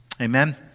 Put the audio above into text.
Amen